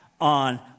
on